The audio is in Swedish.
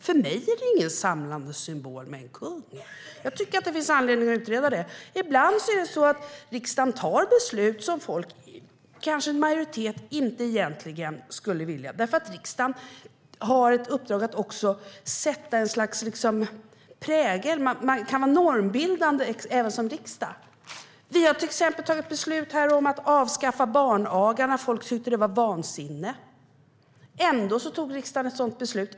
För mig är en kung ingen samlande symbol. Ibland fattar riksdagen beslut som en majoritet av folket kanske egentligen inte skulle vilja, därför att riksdagen har ett uppdrag att sätta ett slags prägel. Man kan vara normbildande även som riksdag. Vi har till exempel fattat beslut här om att avskaffa barnagan. Folk tyckte att det var vansinne. Ändå tog riksdagen ett sådant beslut.